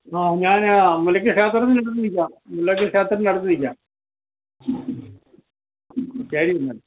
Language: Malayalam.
ആ ഞാൻ മലക്ക് ക്ഷേത്രത്തിൻ്റെ അടുത്ത് നിൽക്കാം മലക്ക് ക്ഷേത്രത്തിൻ്റെ അടുത്ത് നിൽക്കാം ശരി എന്നാൽ